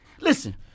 Listen